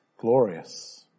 glorious